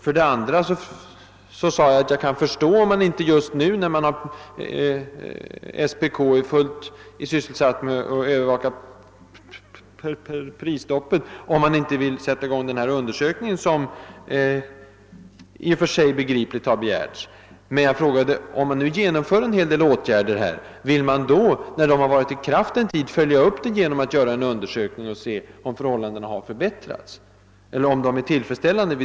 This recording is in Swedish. För det andra sade jag, att jag kan förstå om man inte just nu, när SPK är fullt sysselsatt med att övervaka prisstoppet, vill sätta i gång den undersökning som med rätta — har begärts. Men jag frågade: Om det nu genomförs en hel del åtgärder på detta område, vill man då, när dessa varit i kraft en tid, följa upp saken genom en undersökning för att utröna om förhållandena är tillfredsställande?